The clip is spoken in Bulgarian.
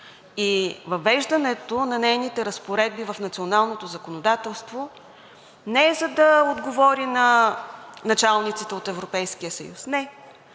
И въвеждането на нейните разпоредби в националното законодателство не е, за да отговори на началниците от Европейския съюз –